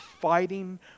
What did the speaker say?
fighting